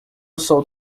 sou